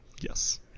yes